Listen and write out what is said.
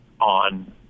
on